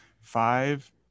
five